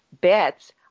bets